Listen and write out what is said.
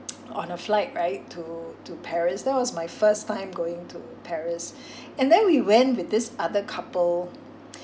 on a flight right to to Paris that was my first time going to Paris and then we went with this other couple